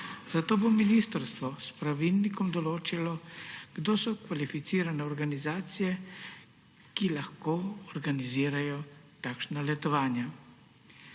zato bo ministrstvo s pravilnikom določilo, kdo so kvalificirane organizacije, ki lahko organizirajo takšna letovanja.